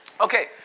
Okay